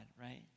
right